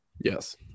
Yes